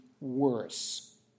worse